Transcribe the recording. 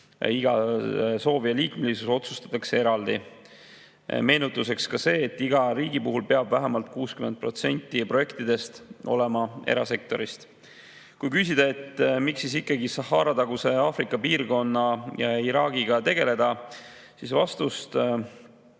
Iga soovija liikmelisus otsustatakse eraldi. Meenutuseks, et iga riigi puhul peab vähemalt 60% projektidest olema erasektorist. Kui küsida, miks ikkagi Sahara-taguse Aafrika piirkonna ja Iraagiga tegeleda, siis vastus